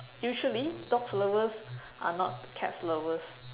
usually dogs lovers are not cats lovers